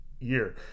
year